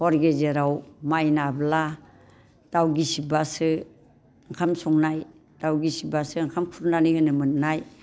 हर गेजेराव माइ नाब्ला दाउ गिसिरबासो ओंखाम संनाय दाउ गिसिरबासो ओंखाम खुरनानै होनो मोननाय